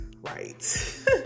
Right